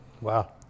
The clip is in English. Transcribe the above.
Wow